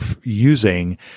using